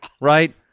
Right